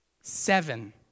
Seven